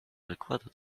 wykładu